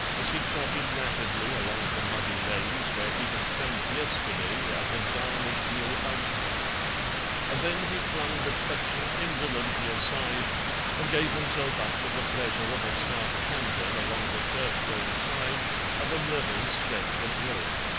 as he trotted rapidly along the muddy lanes where he had tramped yesterday as a down-at-heel outcast and then he flung reflection indolently aside and gave himself up to the pleasure of a smart canter along the turf-grown side of a level stretch of road.